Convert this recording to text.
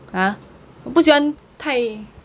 !huh! 我不喜欢太